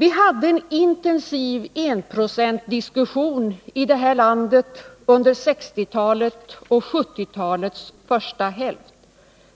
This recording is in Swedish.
Vi hade en intensiv enprocentsdiskussion i det här landet under 1960-talet och 1970-talets första hälft.